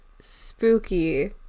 spooky